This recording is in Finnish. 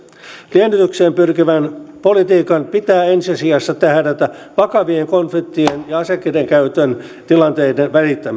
liennytykseen pyrkivän politiikan pitää ensi sijassa tähdätä vakavien konfliktien ja aseiden käytön tilanteiden